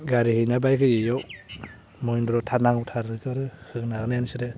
गारि होयोना बाइक होयो एयाव महेन्द्र थार नांगौ थार होनो हागोन ना हाया नोंसोरो